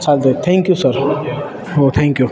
चालतं आहे thank you sir हो थँक यू